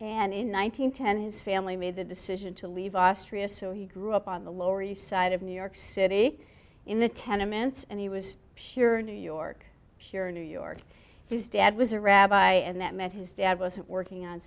thousand nine hundred has family made the decision to leave austria so he grew up on the lower east side of new york city in the tenements and he was pure in new york here in new york his dad was a rabbi and that meant his dad wasn't working on